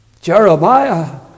Jeremiah